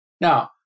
Now